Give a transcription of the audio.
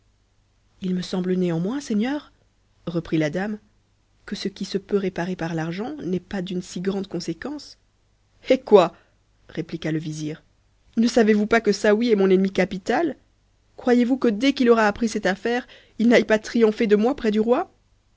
il me semble néanmoins seigneur reprit la e que ce qui se peut réparer par l'argent n'est pas d'une si grande onsëquence hé quoi répliqua le vizir ne savez-vous pas que saouy est mon mtnemi capital croyez-vous que dès qu'il aura appris cette affaire il aille pas triompher de moi près du roi